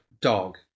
dog